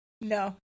No